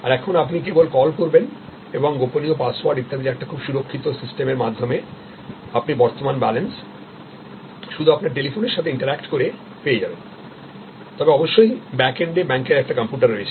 আর এখন আপনি কেবল কল করবেন এবং গোপনীয় পাসওয়ার্ডইত্যাদির একটি খুব সুরক্ষিত সিস্টেমের মাধ্যমেআপনি বর্তমান ব্যালেন্স শুধু আপনার টেলিফোনের সাথে ইন্টারঅ্যাক্ট করে পেয়ে যাবেন তবে অবশ্যই ব্যাক এন্ডএ ব্যাঙ্কের একটি কম্পিউটার রয়েছে